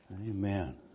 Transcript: Amen